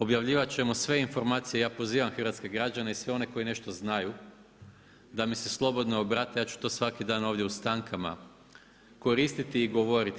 Objavljivati ćemo sve informacije i ja pozivam hrvatske građane i sve one koji nešto znaju, da mi se slobodno obrate, ja ću to svaki dan ovdje u stankama koristiti i govoriti.